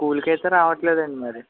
స్కూల్కి అయితే రావట్లేదండి మరి